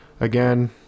Again